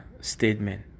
statement